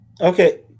Okay